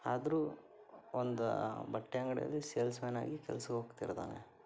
ಆದರೂ ಒಂದು ಬಟ್ಟೆ ಅಂಗಡಿಲಿ ಸೇಲ್ಸ್ಮ್ಯಾನ್ ಆಗಿ ಕೆಲಸಕ್ಕೆ ಹೋಗ್ತಿರ್ತಾನೆ